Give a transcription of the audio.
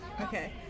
okay